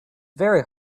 very